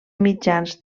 mitjans